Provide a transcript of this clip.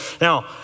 now